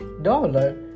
Dollar